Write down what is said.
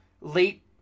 late